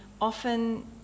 often